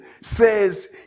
says